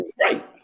right